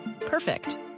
Perfect